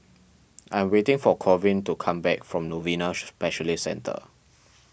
I am waiting for Corwin to come back from Novena Specialist Centre